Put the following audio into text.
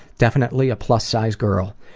definitely a plus-size girl,